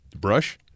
Brush